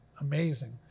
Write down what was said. amazing